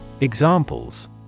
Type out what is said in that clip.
Examples